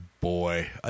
boy